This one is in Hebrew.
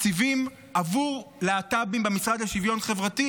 מהתקציבים עבור להט"בים במשרד לשוויון חברתי,